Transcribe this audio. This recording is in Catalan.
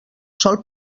sol